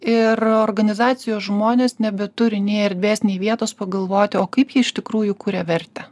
ir organizacijos žmonės nebeturi nei erdvės nei vietos pagalvoti o kaip ji iš tikrųjų kuria vertę